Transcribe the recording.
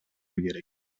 керек